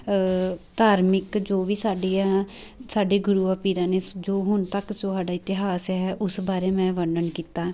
ਧਾਰਮਿਕ ਜੋ ਵੀ ਸਾਡੀਆਂ ਸਾਡੇ ਗੁਰੂਆਂ ਪੀਰਾਂ ਨੇ ਜੋ ਹੁਣ ਤੱਕ ਸਾਡਾ ਇਤਿਹਾਸ ਹੈ ਉਸ ਬਾਰੇ ਮੈਂ ਵਰਣਨ ਕੀਤਾ